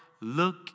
look